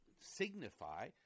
signify